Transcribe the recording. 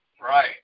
right